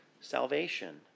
salvation